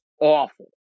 awful